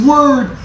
Word